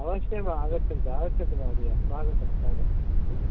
अवश्यं वा आगच्छन्तु आगच्छन्तु महोदय स्वागतं स्वागतम्